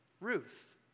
Ruth